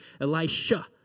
Elisha